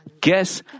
guess